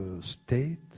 state